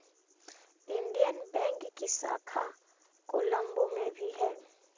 Indian bank की शाखा कोलम्बो में भी है